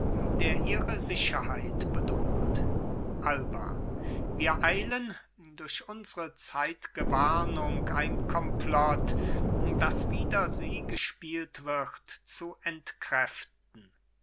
der ihre sicherheit bedroht alba wir eilen durch unsre zeitge warnung ein komplott das wider sie gespielt wird zu entkräften